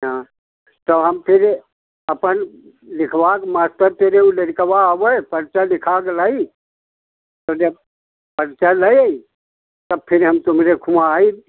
हाँ तो हम फिर अपन लिखबा के मास्टर से फिर लड़कबा आबे पर्चा लिखा के लाइ जब पर्चा ले आइ तब फिर हम तुमरे के हुआँ आइ